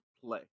play